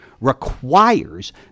requires